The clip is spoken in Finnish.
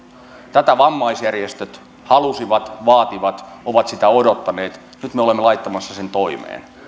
tätä vammaisjärjestöt halusivat vaativat ovat sitä odottaneet nyt me olemme laittamassa sen toimeen